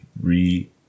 re